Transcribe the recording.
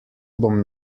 bom